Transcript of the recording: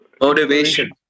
motivation